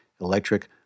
electric